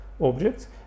objects